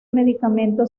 medicamento